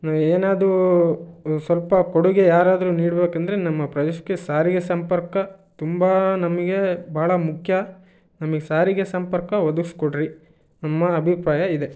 ಏನಾದರೂ ಸ್ವಲ್ಪ ಕೊಡುಗೆ ಯಾರಾದರೂ ನೀಡಬೇಕಂದ್ರೆ ನಮ್ಮ ಪ್ರದೇಶಕ್ಕೆ ಸಾರಿಗೆ ಸಂಪರ್ಕ ತುಂಬ ನಮಗೆ ಭಾಳ ಮುಖ್ಯ ನಮಗೆ ಸಾರಿಗೆ ಸಂಪರ್ಕ ಒದಗ್ಸ್ಕೊಡ್ರಿ ನಮ್ಮ ಅಭಿಪ್ರಾಯ ಇದೇ